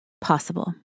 possible